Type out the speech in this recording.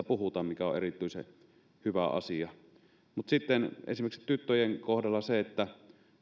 puhutaan mikä on erityisen hyvä asia sitten esimerkiksi tyttöjen kohdalla on se että